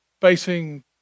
facing